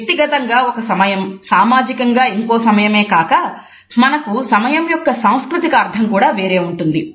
వ్యక్తిగతంగా ఒక సమయం సామాజికంగా ఇంకొక సమయమే కాక మనకు సమయం యొక్క సాంస్కృతిక అర్థం కూడా వేరే ఉంటుంది